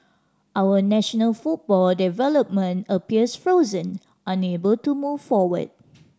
our national football development appears frozen unable to move forward